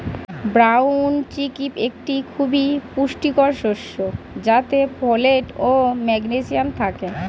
brown chickpea একটি খুবই পুষ্টিকর শস্য যাতে ফোলেট ও ম্যাগনেসিয়াম থাকে